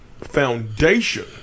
foundation